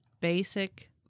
basic